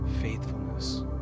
Faithfulness